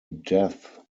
death